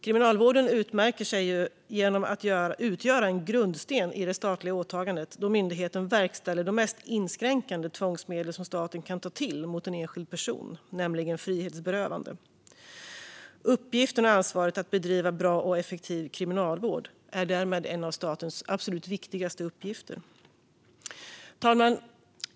Kriminalvården utmärker sig genom att utgöra en grundsten i det statliga åtagandet, eftersom myndigheten verkställer de mest inskränkande tvångsmedel som staten kan ta till mot en enskild person, nämligen frihetsberövande. Uppgiften och ansvaret att bedriva bra och effektiv kriminalvård är därmed en av statens absolut viktigaste uppgifter. Fru talman!